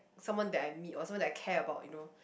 someone that I meet or someone that I care about you know